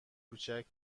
کوچک